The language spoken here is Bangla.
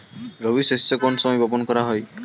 রবি শস্য কোন সময় বপন করা হয়?